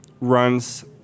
runs